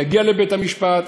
יגיע לבית-המשפט,